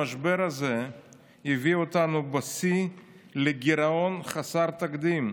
המשבר הזה הביא אותנו בשיא לגירעון חסר תקדים,